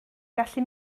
gallu